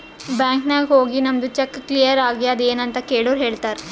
bank ನಾಗ್ ಹೋಗಿ ನಮ್ದು ಚೆಕ್ ಕ್ಲಿಯರ್ ಆಗ್ಯಾದ್ ಎನ್ ಅಂತ್ ಕೆಳುರ್ ಹೇಳ್ತಾರ್